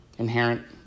Inherent